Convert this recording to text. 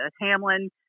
Hamlin